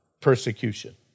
persecution